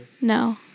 No